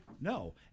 No